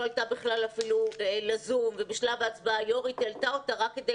הייתה ב-זום ובשלב ההצבעה ויושבת הראש העלתה אותה רק כדי